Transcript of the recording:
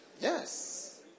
Yes